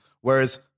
Whereas-